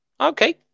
Okay